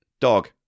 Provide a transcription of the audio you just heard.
Dog